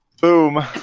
Boom